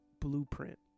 blueprint